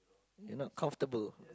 you're not comfortable